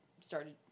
started